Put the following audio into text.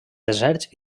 deserts